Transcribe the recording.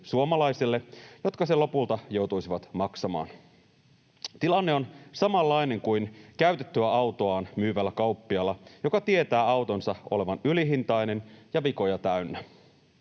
suomalaisille, jotka sen lopulta joutuisivat maksamaan. Tilanne on samanlainen kuin käytettyä autoaan myyvällä kauppiaalla, joka tietää autonsa olevan ylihintainen ja vikoja täynnä.